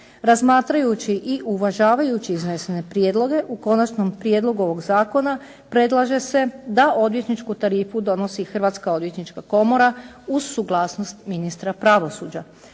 Razmatrajući i uvažavajući iznesene prijedloge u konačnom prijedlogu ovog zakona predlaže se da odvjetničku tarifu donosi Hrvatska odvjetnička komora uz suglasnost ministra pravosuđa.